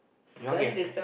you want get